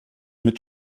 mit